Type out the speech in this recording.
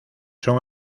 son